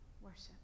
worship